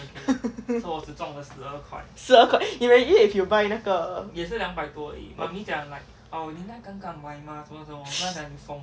十二块 imagine if you buy 那个